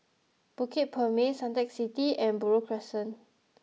Bukit Purmei Suntec City and Buroh Crescent